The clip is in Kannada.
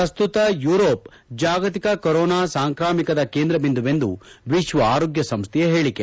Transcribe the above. ಪ್ರಸ್ತುತ ಯುರೋಪ್ ಜಾಗತಿಕ ಕೊರೊನಾ ಸಾಂಕ್ರಾಮಿಕದ ಕೇಂದ್ರಬಿಂದುವೆಂದು ವಿಶ್ವ ಆರೋಗ್ಯ ಸಂಸ್ವೆಯ ಹೇಳಿಕೆ